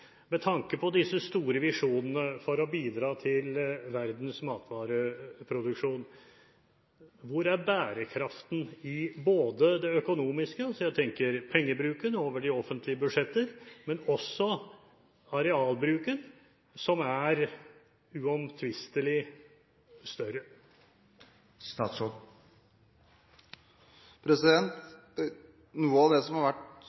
Med tanke på disse store visjonene for å bidra til verdens matvareproduksjon: Hvor er bærekraften i det økonomiske – jeg tenker på pengebruken over de offentlige budsjetter – og også i arealbruken, som uomtvistelig er større? Noe av det som har vært